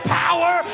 power